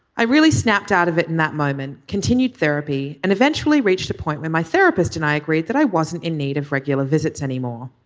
i really snapped out of it in that moment. continued therapy and eventually reached a point where my therapist and i agreed that i wasn't in need of regular visits anymore.